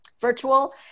virtual